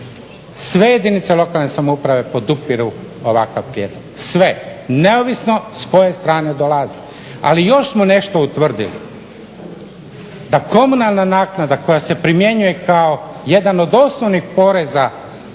sve jedinice lokalne samouprave podupiru ovakav prijedlog, sve, neovisno s koje strane dolazi. Ali još smo nešto utvrdili, da komunalna naknada koja se primjenjuje kao jedan od osnovnih poreza